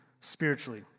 spiritually